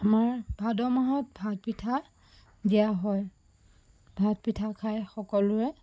আমাৰ ভাদ মাহত ভাত পিঠা দিয়া হয় ভাত পিঠা খাই সকলোৱে